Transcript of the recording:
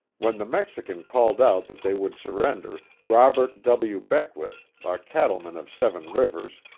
when the mexican called out that they would surrender, robert w. beckwith, a cattleman of seven rivers,